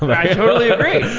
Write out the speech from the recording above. i totally agree.